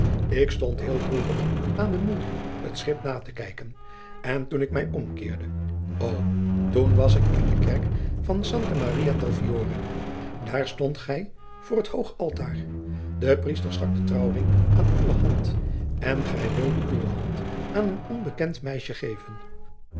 ik stond heel droevig aan de moelje het schip na te kijken en toen ik mij omkeerde o toen was ik in de kerk van santa maria dell fiore daar stondt gij voor het hoog altaar de priester stak den trouwring aan uwe hand en gij wilde uwe hand aan een onbekend meisje geven